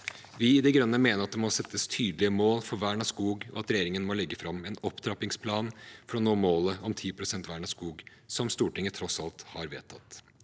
Vi i De Grønne mener at det må settes tydelige mål for vern av skog, og at regjeringen må legge fram en opptrappingsplan for å nå målet om 10 pst. vern av skog, som Stortinget tross alt har vedtatt.